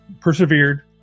persevered